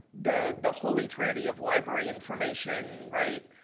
the the holy trinity of library information, right,